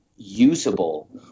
usable